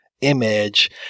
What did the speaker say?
image